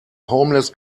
homeless